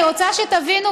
אני רוצה שתבינו,